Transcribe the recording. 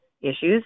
issues